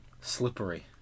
Slippery